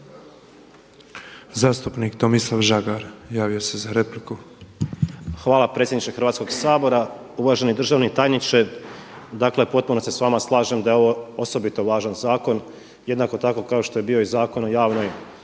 **Žagar, Tomislav (Nezavisni)** Hvala predsjedniče Hrvatskog sabora. Uvaženi državni tajniče. Dakle u potpunosti se s vama slažem da je ovo osobito važan zakona, jednako tako kao što je bio i Zakon o javnoj